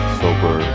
sober